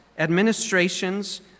administrations